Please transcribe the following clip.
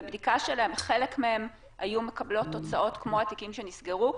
בבדיקה שלהן חלק מהן היו מקבלות תוצאות כמו התיקים שנסגרו?